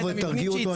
חבר'ה תרגיעו אותו,